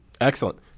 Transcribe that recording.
Excellent